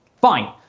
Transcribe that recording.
Fine